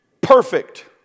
Perfect